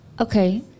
Okay